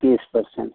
तीस पर्सेंट